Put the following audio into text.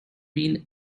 been